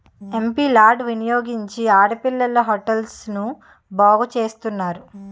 MP LAD వినియోగించి ఆడపిల్లల హాస్టల్ను బాగు చేస్తున్నారు